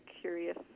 curious